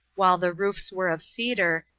while the roofs were of cedar,